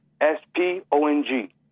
S-P-O-N-G